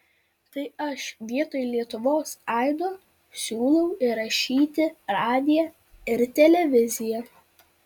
tai aš vietoj lietuvos aido siūlau įrašyti radiją ir televiziją